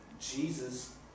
Jesus